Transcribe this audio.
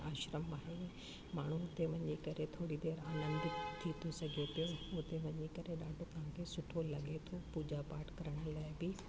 आश्रम आहे माण्हू हुते वञी करे थोरी देरि आनंदित थी थो सघे पियो हुते वञी करे ॾाढो तव्हांखे सुठो लॻे थे पूजा पाठ करण लाइ बि